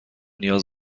نیاز